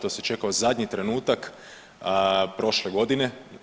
To se čekao zadnji trenutak prošle godine.